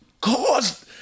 caused